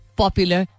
popular